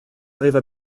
arriva